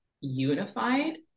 unified